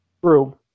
True